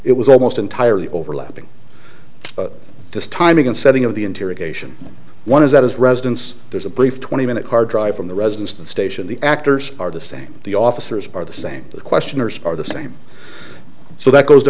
it was almost entirely overlapping this timing in setting of the interrogation one is that his residence there's a brief twenty minute car drive from the residence the station the actors are the same the officers are the same the questioners are the same so that goes to